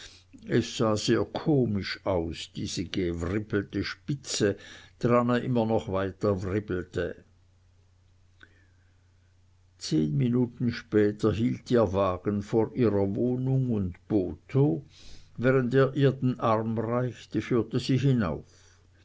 sah sehr komisch aus diese gewribbelte spitze dran er immer noch weiter wribbelte zehn minuten später hielt ihr wagen vor ihrer wohnung und botho während er ihr den arm reichte führte sie hinauf